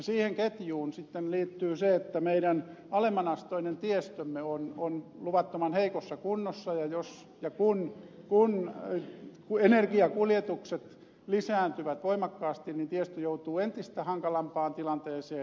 siihen ketjuun sitten liittyy se että meidän alemmanasteinen tiestömme on luvattoman heikossa kunnossa ja jos ja kun energiakuljetukset lisääntyvät voimakkaasti niin tiestö joutuu entistä hankalampaan tilanteeseen